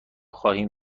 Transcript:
خواهیم